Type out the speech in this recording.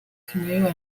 canoe